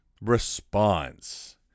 response